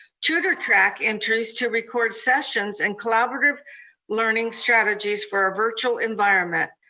tutor track entries to record sessions, and collaborative learning strategies for a virtual environment.